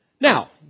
Now